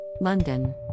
London